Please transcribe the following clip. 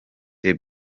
the